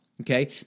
Okay